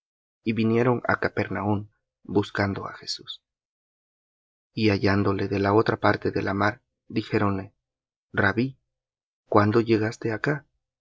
y vinieron á capernaum buscando á jesús y hallándole de la otra parte de la mar dijéronle rabbí cuándo llegaste acá